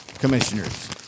commissioners